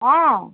অঁ